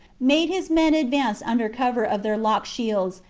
made his men advance under cover of their locked shields,